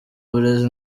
uburezi